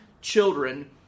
children